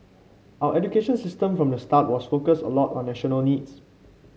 our education system from the start was focused a lot on national needs